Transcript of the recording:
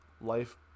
life